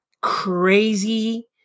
crazy